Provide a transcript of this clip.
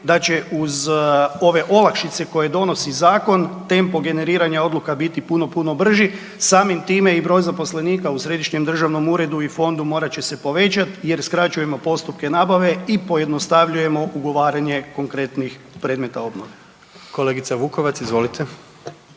da će uz ove olakšice koje donosi Zakon, tempo generiranja odluka biti puno, puno brži. Samim time i broj zaposlenika u Središnjem državnom uredu i Fondu, morat će se povećat jer skraćujemo postupke nabave i pojednostavljujemo ugovaranje konkretnih predmeta obnova. **Jandroković, Gordan